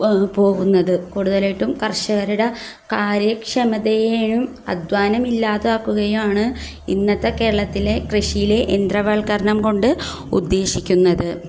പോകുന്നത് കൂടുതലായിട്ടും കർഷകരുടെ കാര്യക്ഷമതയേയും അധ്വാനമില്ലാതാക്കുകയാണ് ഇന്നത്തെ കേരളത്തിലെ കൃഷിയിലെ യന്ത്രവൽക്കരണംകൊണ്ട് ഉദ്ദേശിക്കുന്നത്